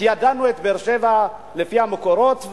כי ידענו על באר-שבע לפי המקורות,